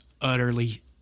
utterly